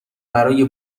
برای